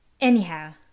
anyhow